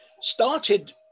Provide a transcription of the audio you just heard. started